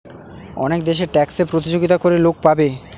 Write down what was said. অনেক দেশে ট্যাক্সে প্রতিযোগিতা করে লোক পাবে